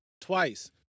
Twice